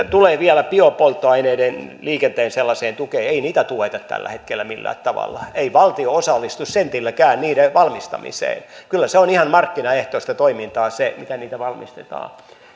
tulee vielä biopolttoaineiden liikenteen tukeen niin ei niitä tueta tällä hetkellä millään tavalla ei valtio osallistu sentilläkään niiden valmistamiseen vaan kyllä se on ihan markkinaehtoista toimintaa se miten niitä valmistetaan